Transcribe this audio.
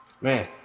man